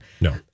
no